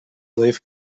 zayıf